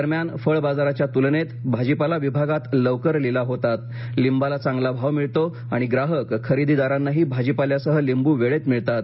दरम्यान फळबाजाराच्या तुलनेत भाजीपाला विभागात लवकर लिलाव होतात लिंबाला चांगला भाव मिळतो आणि ग्राहक खरेदीदारांनाही भाजीपाल्यासह लिंबू वेळेत मिळतात